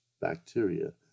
bacteria